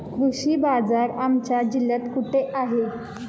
कृषी बाजार आमच्या जिल्ह्यात कुठे आहे?